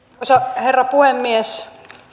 arvoisa herra puhemies